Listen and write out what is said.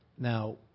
Now